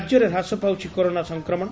ରାଜ୍ୟରେ ହ୍ରାସ ପାଉଛି କରୋନା ସଂକ୍ରମଣ